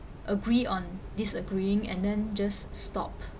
agree on disagreeing and then just stop